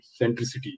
centricity